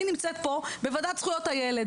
אני נמצאת פה בוועדה זכויות הילד,